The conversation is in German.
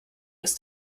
ist